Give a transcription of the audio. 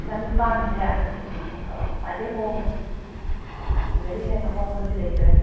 ꯆꯅꯤꯄꯥꯟꯁꯦ ꯈ꯭ꯋꯥꯏꯗꯒꯤ ꯍꯣꯡꯉꯦ ꯑꯁꯤꯗꯒꯤ ꯍꯦꯟꯅ ꯍꯣꯡꯕꯗꯤ ꯂꯩꯇ꯭ꯔꯦ